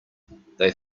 they